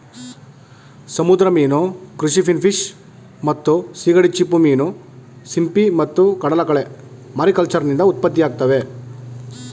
ಸಮುದ್ರ ಮೀನು ಕೃಷಿ ಫಿನ್ಫಿಶ್ ಮತ್ತು ಸೀಗಡಿ ಚಿಪ್ಪುಮೀನು ಸಿಂಪಿ ಮತ್ತು ಕಡಲಕಳೆ ಮಾರಿಕಲ್ಚರ್ನಿಂದ ಉತ್ಪತ್ತಿಯಾಗ್ತವೆ